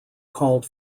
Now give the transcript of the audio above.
called